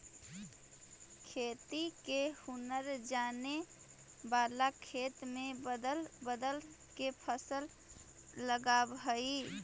खेती के हुनर जाने वाला खेत में बदल बदल के फसल लगावऽ हइ